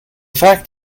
fact